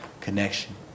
connection